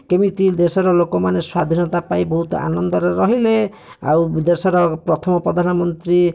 କେମିତି ଦେଶର ଲୋକମାନେ ସ୍ୱାଧୀନତା ପାଇ ବହୁତ ଆନନ୍ଦରେ ରହିଲେ ଆଉ ଦେଶର ପ୍ରଥମ ପ୍ରଧାନ ମନ୍ତ୍ରୀ